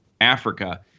Africa